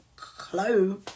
Hello